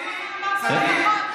שלפעמים צריך,